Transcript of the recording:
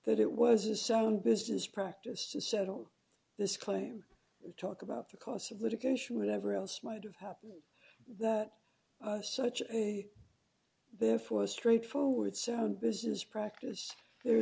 that it was a sound business practice to settle this claim talk about the costs of litigation with every else might have happened that such a therefore straight forward sound business practice the